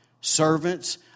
servants